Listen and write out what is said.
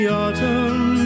autumn